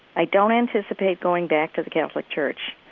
i don't anticipate going back to the catholic church,